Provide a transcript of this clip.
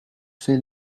fait